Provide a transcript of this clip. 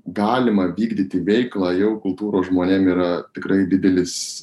galima vykdyti veiklą jau kultūros žmonėm yra tikrai didelis